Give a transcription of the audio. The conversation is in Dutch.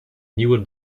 nieuwe